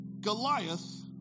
Goliath